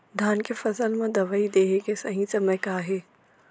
धान के फसल मा दवई देहे के सही समय का हे?